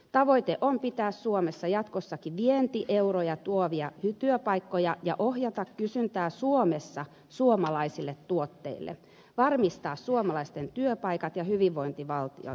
tavoite on pitää suomessa jatkossakin vientieuroja tuovia työpaikkoja ja ohjata kysyntää suomessa suomalaisille tuotteille varmistaa suomalaisten työpaikat ja hyvinvointivaltiomme rahoitus